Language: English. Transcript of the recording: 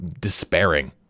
despairing